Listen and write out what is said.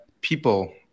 people